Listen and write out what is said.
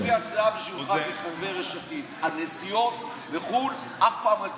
יש לי הצעה בשבילך כחבר יש עתיד: על נסיעות לחו"ל אף פעם אל תדבר.